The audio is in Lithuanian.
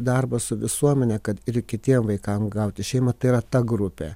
darbą su visuomene kad ir kitiem vaikam gauti šeimą tai yra ta grupė